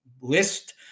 list